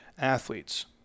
athletes